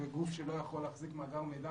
גוף שלא יכול להחזיק מאגר מידע,